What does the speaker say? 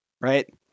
right